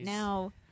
now